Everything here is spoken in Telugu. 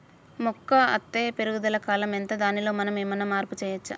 మొక్క అత్తే పెరుగుదల కాలం ఎంత దానిలో మనం ఏమన్నా మార్పు చేయచ్చా?